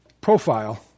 profile